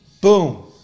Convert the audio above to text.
Boom